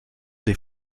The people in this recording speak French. des